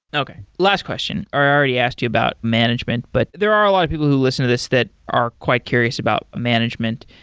okay, last question. i already asked you about management, but there are a lot of people who listen to this that are quite curious about management.